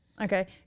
okay